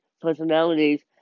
personalities